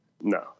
No